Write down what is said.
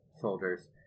soldiers